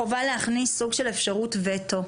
חובה להכניס סוג של אפשרות וטו.